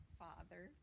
father